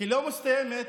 לא מסתיימת